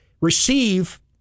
receive